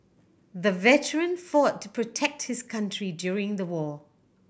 the veteran fought to protect his country during the war